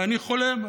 ואני חולם,